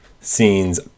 scenes